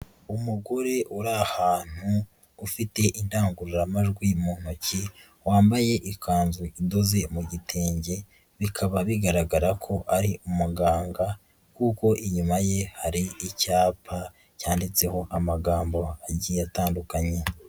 Umugore uri ahantu ufite indangururamajwi mu ntoki, wambaye ikanzu idoze mu gitenge, bikaba bigaragara ko ari umuganga, kuko inyuma ye hari icyapa, cyanditseho amagambo agiye atandukanye.